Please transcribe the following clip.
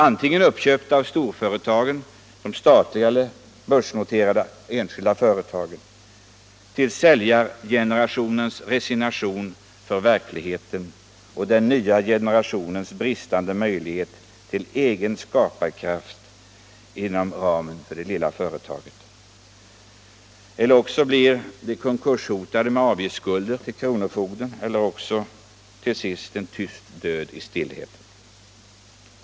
Antingen köps de upp av storföretag —de statliga eller de börsnoterade enskilda företagen -— till följd av säljargenerationens resignation inför verkligheten och den nya generationens bristande möjligheter till egen skaparkraft inom ramen för det lilla företaget, eller också blir de små företagen konkurshotade med avgiftsskulder till kronofogden eller dör till sist en död i stillhet.